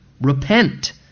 Repent